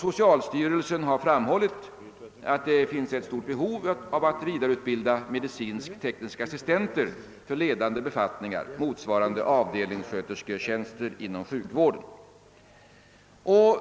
Socialstyrelsen har framhållit att det finns ett stort behov av att vidareutbilda medicinsk-tekniska assistenter för ledande befattningar, motsvarande avdelningsskötersketjänster inom sjukvården.